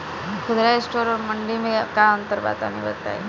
खुदरा स्टोर और मंडी में का अंतर बा तनी बताई?